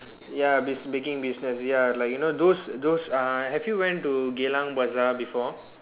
ya busi~ making business ya like you know those those uh have you went to Geylang bazaar before